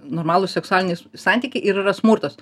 normalūs seksualiniai santykiai ir yra smurtas